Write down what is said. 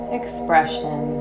expression